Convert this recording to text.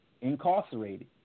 incarcerated